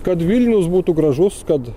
kad vilnius būtų gražus kad